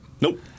Nope